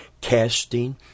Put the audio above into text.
casting